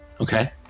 Okay